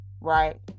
right